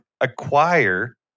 acquire